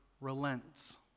relents